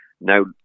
now